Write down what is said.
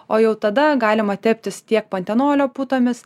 o jau tada galima teptis tiek pantenolio putomis